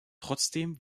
trotzdem